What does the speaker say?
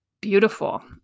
beautiful